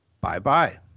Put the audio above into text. bye-bye